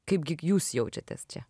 kaipgi jūs jaučiatės čia